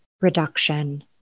reduction